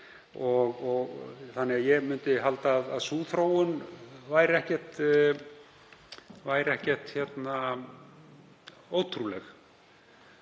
er þannig. Ég myndi halda að sú þróun væri ekkert ótrúleg.